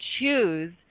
choose